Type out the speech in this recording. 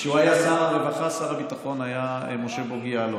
כשהוא היה שר הרווחה שר הביטחון היה משה בוגי יעלון,